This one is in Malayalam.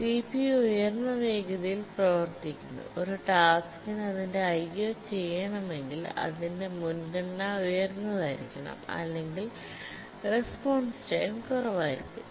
സിപിയു ഉയർന്ന വേഗതയിൽ പ്രവർത്തിക്കുന്നു ഒരു ടാസ്ക്കിന് അതിന്റെ IO ചെയ്യണമെങ്കിൽ അതിന്റെ മുൻഗണന ഉയർന്നതായിരിക്കണം അല്ലെങ്കിൽ രേസ്പോൻസ് ടൈം കുറവായിരിക്കും